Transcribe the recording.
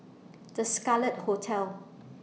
The Scarlet Hotel